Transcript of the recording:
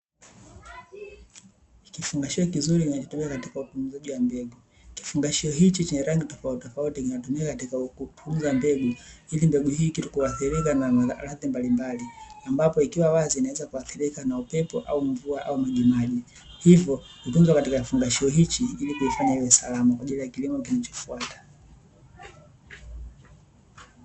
Kifungashio kizuri kinachotuika kufungashia mbegu, kifungashio hichi chenye rangi tofauti tofauti katika kupunguza mbegu hizi mbegu hii kitu kuwaathirika na ardhi mbalimbali, ambapo ikiwa wazi inaweza kuathirika na upepo au mvua au milimani hivyo hichi ili kuifanya iwe salama kwa ajili ya kilimo kinachofuata.